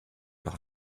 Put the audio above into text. par